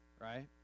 right